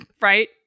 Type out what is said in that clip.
right